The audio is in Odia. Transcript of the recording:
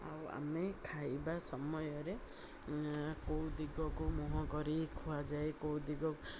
ଆଉ ଆମେ ଖାଇବା ସମୟରେ କେଉଁ ଦିଗକୁ ମୁହଁ କରି ଖୁଆଯାଏ କେଉଁ ଦିଗ